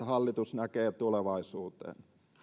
hallitus näkee tulevaisuuteen